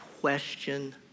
question